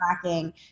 tracking